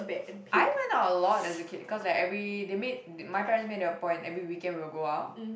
I went out a lot as a kid cause like every they made my parents made their point every weekend we will go out